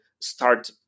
start